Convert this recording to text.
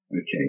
Okay